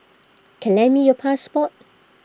can lend me your passport